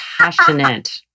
passionate